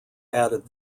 added